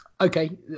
okay